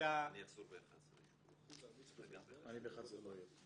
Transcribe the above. הישגי בתי הספר במגמה רב